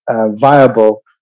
viable